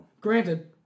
Granted